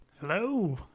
hello